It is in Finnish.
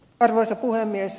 arvoisa puhemies